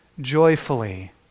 joyfully